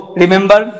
remember